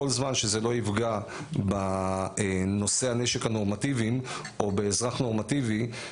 כל זמן שזה לא יפגע בנושאי הנשק הנורמטיביים או באזרח נורמטיבי,